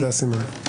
תודה סימון.